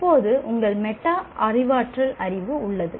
இப்போது உங்களுக்கு மெட்டா அறிவாற்றல் அறிவு உள்ளது